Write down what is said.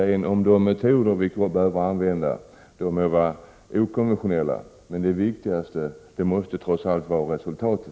De metoder vi behöver använda kan vara okonventionella, men det viktigaste måste trots allt vara resultatet.